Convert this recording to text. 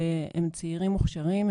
והם צעירים מוכשרים,